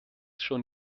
schon